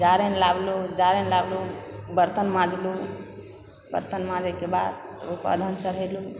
जारनि लानलहुँ जारनि लानलहुँ बर्तन माँजलहुँ बर्तन माँजिकऽ बाद अदहन चढ़ेलहुँ